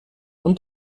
und